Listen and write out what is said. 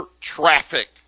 traffic